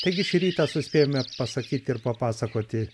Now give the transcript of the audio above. taigi šį rytą suspėjome pasakyti ir papasakoti